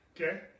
Okay